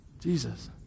Jesus